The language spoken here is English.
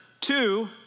two